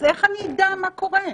אז איך אני אדע מה קורה?